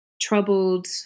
troubled